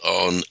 on